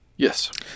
Yes